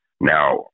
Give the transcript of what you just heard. now